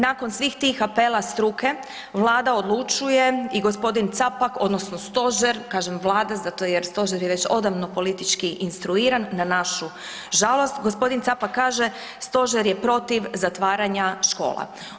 Nakon svih tih apela struke Vlada odlučuje i gospodin CApak odnosno stožer, kažem Vlada jer stožer je već odavno politički instruiran na našu žalost, gospodin Capak kaže stožer je protiv zatvaranja škola.